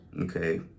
Okay